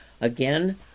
Again